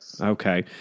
Okay